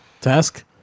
Task